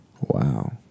Wow